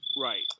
Right